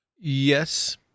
Yes